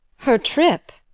her trip!